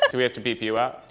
ah we have to bleep you out?